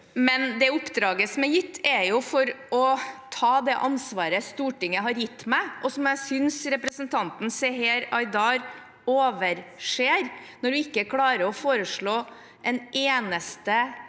oppdraget er gitt for å ta det ansvaret Stortinget har gitt meg, og som jeg synes representanten Seher Aydar overser når hun ikke klarer å foreslå en eneste